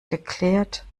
geklärt